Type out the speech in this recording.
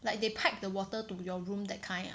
like they pack the water to your room that kind ah